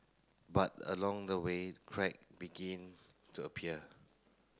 but along the way crack began to appear